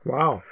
Wow